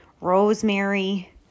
rosemary